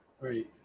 Right